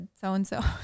so-and-so